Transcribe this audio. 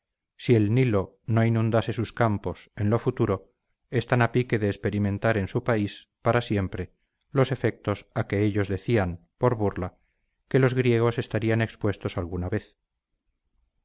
si el nilo no inundase sus campos en lo futuro están a pique de experimentar en su país para siempre los efectos a que ellos decían por burla que los griegos estarían expuestos alguna vez